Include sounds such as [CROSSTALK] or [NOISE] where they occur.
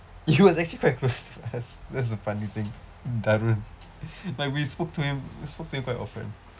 he was actually close to us [LAUGHS] that's the funny thing tharun like we spoke to him spoke to him quite often